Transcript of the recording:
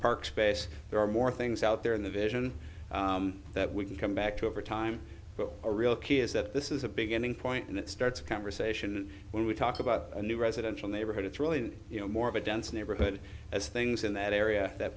park space there are more things out there in the vision that we can come back to over time but a real key is that this is a beginning point and it starts a conversation when we talk about a new residential neighborhood it's really more of a dense neighborhood as things in that area that